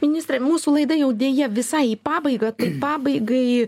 ministrai mūsų laida jau deja visai į pabaigą pabaigai